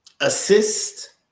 assist